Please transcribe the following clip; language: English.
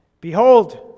Behold